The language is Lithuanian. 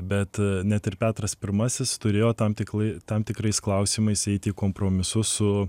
bet net ir petras pirmasis turėjo tam tikslui tam tikrais klausimais eiti kompromisus su